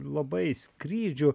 labai skrydžiu